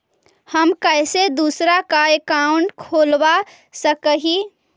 हम कैसे दूसरा का अकाउंट खोलबा सकी ही?